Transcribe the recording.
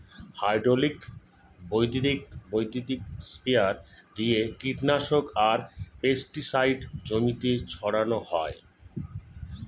hydraulic বৈদ্যুতিক sprayer দিয়ে কীটনাশক আর পেস্টিসাইড জমিতে ছড়ান হয়